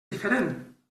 diferent